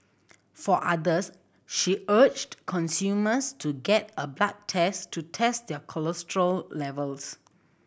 for others she urged consumers to get a blood test to test their cholesterol levels